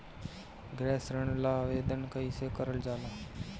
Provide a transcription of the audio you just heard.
गृह ऋण ला आवेदन कईसे करल जाला?